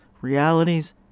realities